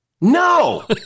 No